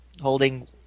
holding